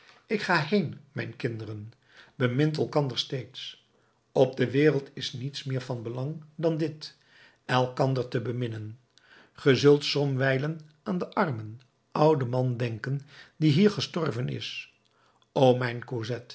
ik ga heen mijn kinderen bemint elkander steeds op de wereld is niets van meer belang dan dit elkander te beminnen ge zult somwijlen aan den armen ouden man denken die hier gestorven is